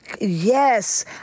Yes